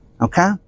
Okay